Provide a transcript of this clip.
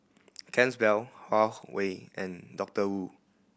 Huawei and Doctor Wu